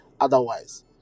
otherwise